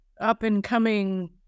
up-and-coming